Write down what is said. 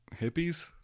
hippies